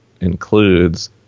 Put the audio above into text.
includes